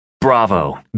Bravo